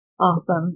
Awesome